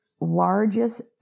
largest